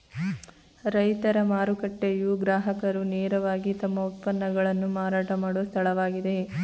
ರೈತರ ಮಾರುಕಟ್ಟೆಯು ಗ್ರಾಹಕರು ನೇರವಾಗಿ ತಮ್ಮ ಉತ್ಪನ್ನಗಳನ್ನು ಮಾರಾಟ ಮಾಡೋ ಸ್ಥಳವಾಗಿದೆ